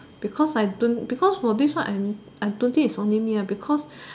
because I don't because for this one I I don't think it's only me because